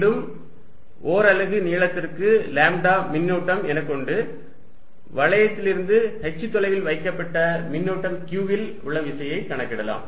மீண்டும் ஓர் அலகு நீளத்திற்கு லாம்ப்டா மின்னூட்டம் என கொண்டு வளையத்திலிருந்து h தொலைவில் வைக்கப்பட்ட மின்னூட்டம் q இல் உள்ள விசையை கணக்கிடலாம்